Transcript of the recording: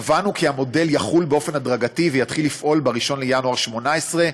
קבענו כי המודל יחול באופן הדרגתי ויתחיל לפעול ב-1 בינואר 2018,